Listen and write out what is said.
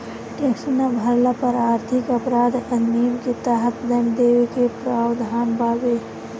tax ना भरला पर आर्थिक अपराध अधिनियम के तहत दंड देवे के प्रावधान बावे